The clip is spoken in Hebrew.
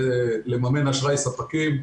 לממן אשראי ספקים.